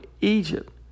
Egypt